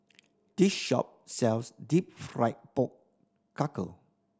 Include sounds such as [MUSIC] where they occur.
this shop sells deep fried pork [UNINTELLIGIBLE]